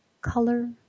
color